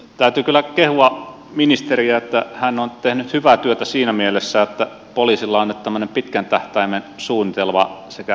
täytyy kyllä kehua ministeriä että hän on tehnyt hyvää työtä siinä mielessä että poliisilla on nyt tämmöinen pitkän tähtäimen suunnitelma sekä rahoituksessa että henkilöstössä